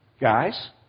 guys